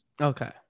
Okay